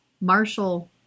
Marshall